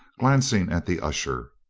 glancing at the usher.